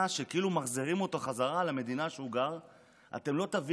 שכאילו מחזירים אותו חזרה למדינה שהוא גר בה.